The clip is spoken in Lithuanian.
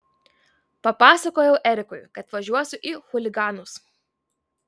papasakojau erikui kad važiuosiu į chuliganus